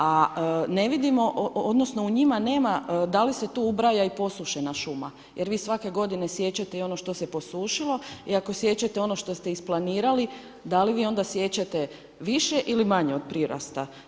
A ne vidimo, odnosno u njima nema da li se tu ubraja i posušena šuma jer vi svake godine siječete i ono što se posušilo i ako siječete ono što ste isplanirali, da li vi onda siječete više ili manje od prirasta?